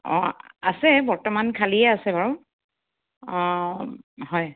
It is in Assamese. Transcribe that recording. অঁ আছে বৰ্তমান খালীয়ে আছে বাৰু অঁ হয়